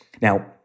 Now